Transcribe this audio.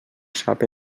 sap